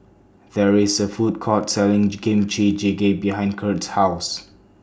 There IS A Food Court Selling Kimchi Jjigae behind Curt's House